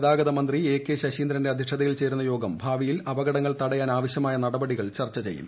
ഗതാഗത മന്ത്രി എ രൂകൃശശീന്ദ്രന്റെ അധ്യക്ഷതയിൽ ചേരുന്ന യോഗം ഭാവിയിൽ അപകടങ്ങൾ തടയാൻ ആവശ്യമായ നടപടികൾ ചർച്ചചെയ്യും